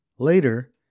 Later